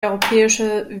europäische